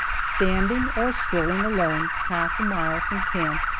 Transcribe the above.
standing or strolling alone, half a mile from camp,